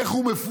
איך הוא מפוצה,